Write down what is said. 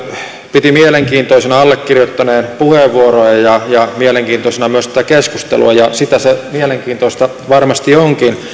piti mielenkiintoisena allekirjoittaneen puheenvuoroa ja ja mielenkiintoisena myös tätä keskustelua ja mielenkiintoista se varmasti onkin